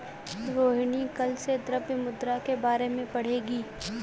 रोहिणी कल से द्रव्य मुद्रा के बारे में पढ़ेगी